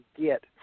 get